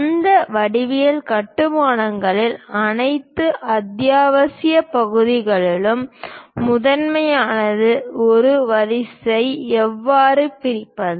அந்த வடிவியல் கட்டுமானங்களில் அனைத்து அத்தியாவசிய பகுதிகளிலும் முதன்மையானது ஒரு வரியை எவ்வாறு பிரிப்பது